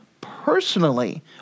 personally